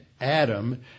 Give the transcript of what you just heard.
Adam